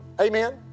Amen